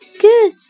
Good